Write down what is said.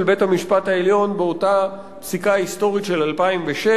בית-המשפט העליון באותה פסיקה היסטורית של 2006,